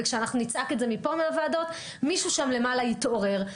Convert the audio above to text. וכשאנחנו נצעק את זה מפה מהוועדות מישהו שם למעלה יתעורר,